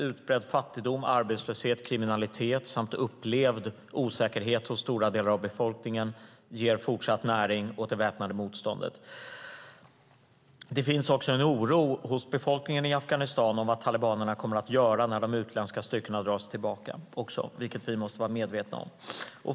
Utbredd fattigdom, arbetslöshet, kriminalitet samt upplevd osäkerhet hos stora delar av befolkningen ger fortsatt näring åt det väpnade motståndet. Det finns också en oro hos befolkningen i Afghanistan för vad talibanerna kommer att göra när de utländska styrkorna drar sig tillbaka, vilket vi måste vara medvetna om.